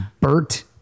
Bert